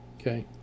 Okay